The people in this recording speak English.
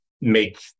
make